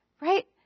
Right